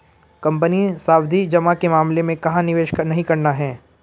Company सावधि जमा के मामले में कहाँ निवेश नहीं करना है?